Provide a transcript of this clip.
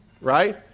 right